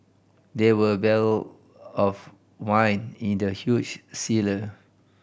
there were barrel of wine in the huge cellar